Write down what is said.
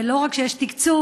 ולא רק שיש תקצוב,